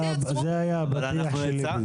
זה בדיוק היה הפתיח שלי.